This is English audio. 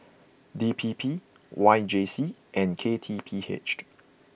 D P P Y J C and K T P H